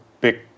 big